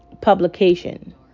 publication